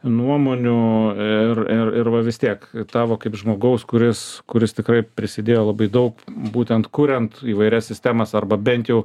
nuomonių ir ir ir va vis tiek tavo kaip žmogaus kuris kuris tikrai prisidėjo labai daug būtent kuriant įvairias sistemas arba bent jau